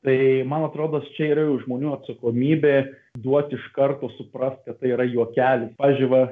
tai man atrodos čia yra jau žmonių atsakomybė duot iš karto suprast kad tai yra juokelis pavyzdžiui va